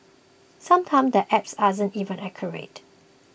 sometimes the apps aren't even accurate